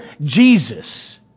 Jesus